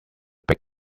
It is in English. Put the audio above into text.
big